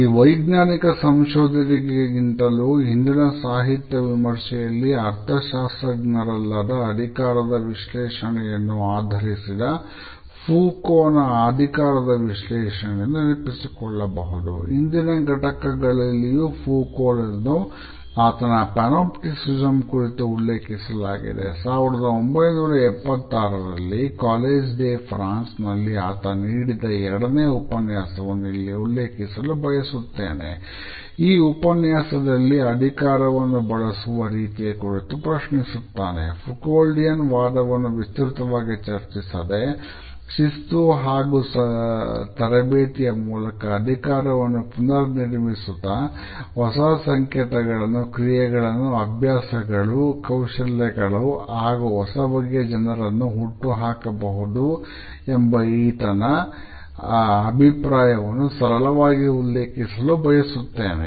ಈ ವೈಜ್ಞಾನಿಕ ಸಂಶೋಧಕರಿಗಿಂತಲೂ ಹಿಂದಿನ ಸಾಹಿತ್ಯ ವಿಮರ್ಶೆಯಲ್ಲಿ ಅರ್ಥಶಾಸ್ತ್ರಜ್ಞರಲ್ಲದ ಅಧಿಕಾರದ ವಿಶ್ಲೇಷಣೆಯನ್ನು ಆಧರಿಸಿದ ಫೌಕಾಲ್ಟ್ ನ ವಾದವನ್ನು ವಿಸ್ತೃತವಾಗಿ ಚರ್ಚಿಸದೆ ಶಿಸ್ತು ಹಾಗೂ ತರಬೇತಿಯ ಮೂಲಕ ಅಧಿಕಾರವನ್ನು ಪುನರ್ ನಿರ್ಮಿಸುತ್ತಾ ಹೊಸ ಸಂಕೇತಗಳು ಕ್ರಿಯೆಗಳು ಅಭ್ಯಾಸಗಳು ಕೌಶಲ್ಯಗಳು ಹಾಗೂ ಹೊಸಬಗೆಯ ಜನರನ್ನು ಹುಟ್ಟುಹಾಕಬಹುದು ಎಂಬ ಆತನ ಅಭಿಪ್ರಾಯವನ್ನು ಸರಳವಾಗಿ ಉಲ್ಲೇಖಿಸಲು ಬಯಸುತ್ತೇನೆ